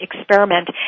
experiment